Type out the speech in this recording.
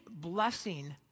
blessing